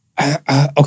Okay